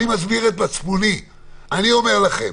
אני אומר לכם,